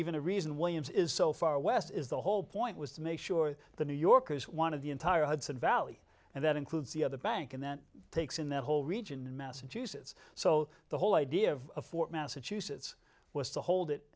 even a reason williams is so far west is the whole point was to make sure the new yorkers one of the entire hudson valley and that includes the other bank and that takes in that whole region in massachusetts so the whole idea of massachusetts was to hold it